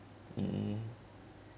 mm